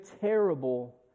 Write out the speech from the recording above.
terrible